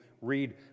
read